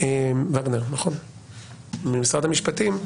וגנר ממשרד המשפטים.